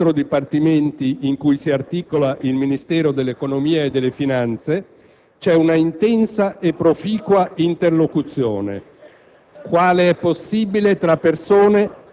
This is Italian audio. Mi pare che il concetto sia chiaro.